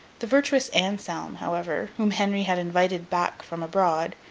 the virtuous anselm, however, whom henry had invited back from abroad,